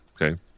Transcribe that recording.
Okay